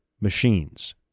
machines